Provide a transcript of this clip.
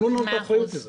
תנו לנו את האחריות על זה.